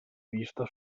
vista